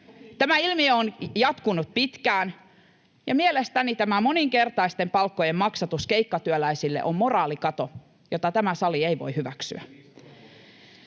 Tämä ilmiö on jatkunut pitkään, ja mielestäni tämä moninkertaisten palkkojen maksatus keikkatyöläisille on moraalikato, jota tämä sali ei voi hyväksyä.